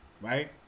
right